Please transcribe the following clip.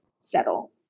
settle